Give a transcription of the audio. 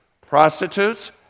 prostitutes